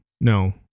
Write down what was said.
No